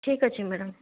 ଠିକ୍ ଅଛି ମ୍ୟାଡ଼ାମ୍